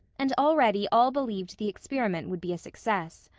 and already all believed the experiment would be a success.